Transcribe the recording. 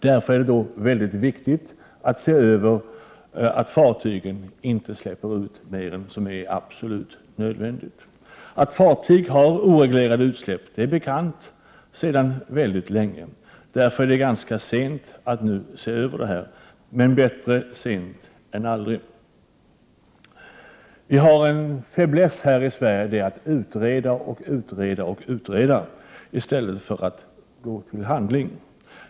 Då är det väldigt viktigt att se till att fartyg inte släpper ut mer än vad som är absolut nödvändigt. Att fartyg har oreglerade utsläpp är bekant sedan länge, och därför är det ganska sent att se över frågan nu, men — Prot. 1988/89:109 bättre sent än aldrig. 8 maj 1989 Vi har en fäbless här i Sverige att utreda och åter utreda i stället för att gå till handling.